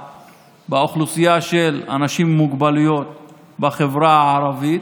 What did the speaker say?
באוכלוסייה של אנשים עם מוגבלויות בחברה הערבית,